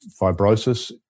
fibrosis